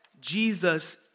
Jesus